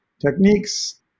techniques